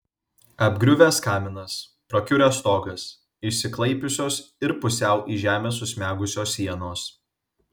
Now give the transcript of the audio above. apgriuvęs kaminas prakiuręs stogas išsiklaipiusios ir pusiau į žemę susmegusios sienos